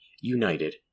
united